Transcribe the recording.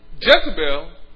Jezebel